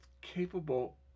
capable